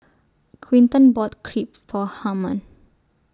Quinton bought Crepe For Harman